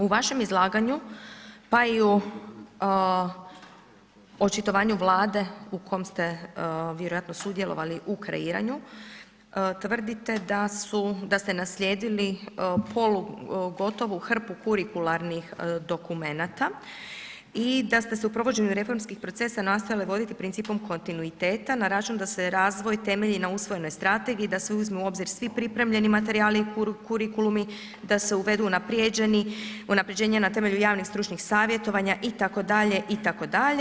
U vašem izlaganju pa i u očitovanju Vlade u kom ste vjerovatno sudjelovali u kreiranju, tvrdite da ste naslijedili polugotovu hrpu kurikularnih dokumenata i da se u provođenju reformskih procesa nastave vodite principom kontinuiteta na račun da se razvoj temelji na usvojenoj strategiji i da se uzme u obzir svi pripremljeni materijali i kurikulumi, da se uvede unaprjeđenje na temelju javnih stručnih savjetovanja itd., itd.